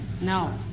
No